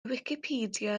wicipedia